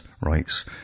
rights